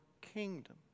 kingdom